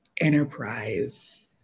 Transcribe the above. enterprise